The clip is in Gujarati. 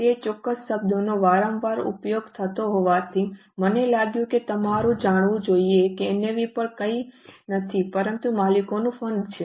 તે ચોક્કસ શબ્દનો વારંવાર ઉપયોગ થતો હોવાથી મને લાગ્યું કે તમારે જાણવું જોઈએ કે NAV પણ કંઈ નથી પરંતુ માલિકોનું ફંડ છે